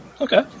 okay